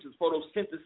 photosynthesis